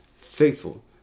Faithful